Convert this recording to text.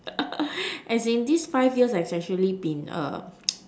as in these five years I specially been a